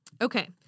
Okay